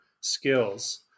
skills